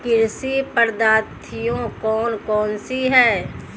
कृषि पद्धतियाँ कौन कौन सी हैं?